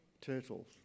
turtles